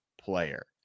player